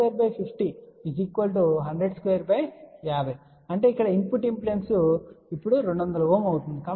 సరే ఇప్పుడు చూద్దాం Z1250100250 అంటే ఇక్కడ ఇన్పుట్ ఇంపిడెన్స్ ఇప్పుడు 200 Ω అవుతుంది